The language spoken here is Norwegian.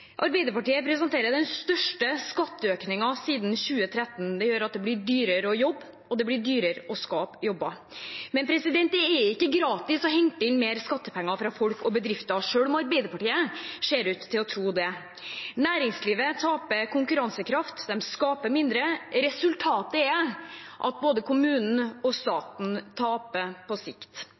Arbeiderpartiet presenterer den største skatteøkningen siden 2013. Det gjør at det blir dyrere å jobbe, og det blir dyrere å skape jobber. Men det er ikke gratis å hente inn mer skattepenger fra folk og bedrifter, selv om Arbeiderpartiet ser ut til å tro det. Næringslivet taper konkurransekraft, de skaper mindre. Resultatet er at både kommunene og staten taper på sikt.